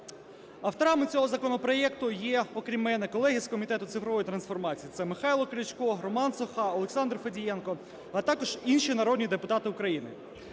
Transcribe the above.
Авторами цього законопроекту є, окрім мене, колеги з Комітету цифрової трансформації, це Михайло Крячко, Роман Соха, Олександр Федієнко, а також інші народні депутати України.